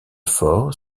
fort